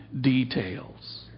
details